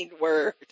word